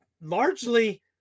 largely